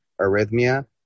arrhythmia